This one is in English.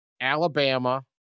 Alabama